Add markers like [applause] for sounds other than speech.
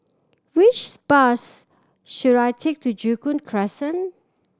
which [unintelligible] bus should I take to Joo Koon Crescent